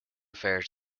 refer